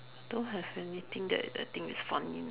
don't have anything that I think is funny now